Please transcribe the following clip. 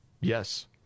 Yes